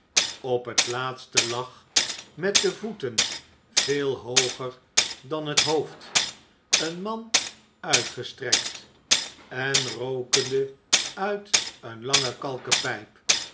op het laatste lag met de voeten veel hooger dan het hoofd een man uitgestrekt en rookende uit een lange kalken pijp